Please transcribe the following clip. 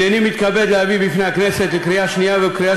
הנני מתכבד להביא בפני הכנסת לקריאה שנייה ולקריאה